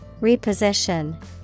Reposition